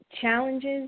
challenges